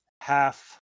half